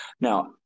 Now